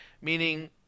Meaning